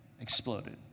exploded